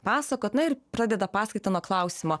pasakot na ir pradeda paskaitą nuo klausimo